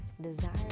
Desire